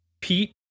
Pete